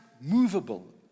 movable